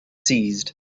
seized